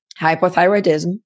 Hypothyroidism